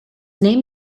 name